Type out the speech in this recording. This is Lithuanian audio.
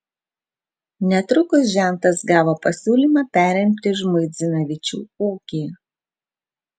netrukus žentas gavo pasiūlymą perimti žmuidzinavičių ūkį